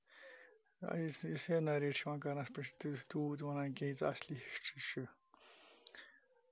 history چھِ واریاہ different یۄس نَریٹ چھِ آمٕژ کَرنہٕ یُس یہِ نَریٹ چھِ کَران اَتھ پیٹھ تیوٗت ونان کینٛہہ ییٖژاہ اَصلی ہِشٹری چھِ